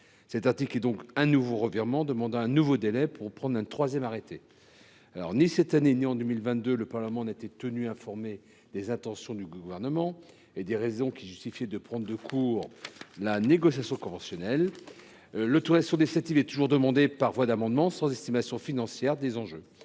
Cet article est donc un nouveau revirement demandant un nouveau délai pour prendre un troisième arrêté. Le Parlement n’a pas été tenu au courant, ni cette année ni en 2022, des intentions précises du Gouvernement et des raisons qui justifieraient de prendre de court la négociation conventionnelle. L’autorisation législative est toujours demandée par voie d’amendement, sans estimation financière des enjeux.